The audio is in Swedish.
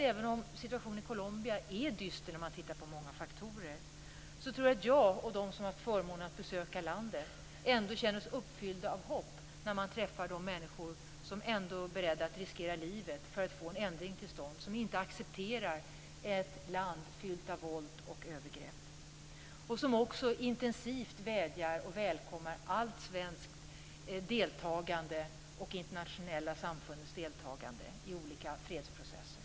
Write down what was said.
Även om situationen i Colombia är dyster när man tittar på många faktorer tror jag att de som har haft förmånen att besöka landet ändå känner sig uppfyllda av hopp när de träffar de människor som ändå är beredda att riskera livet för att få en ändring till stånd, som inte accepterar ett land fyllt av våld och övergrepp och som också intensivt vädjar om och välkomnar allt deltagande från Sverige och från internationella samfund i olika fredsprocesser.